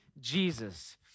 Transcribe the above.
Jesus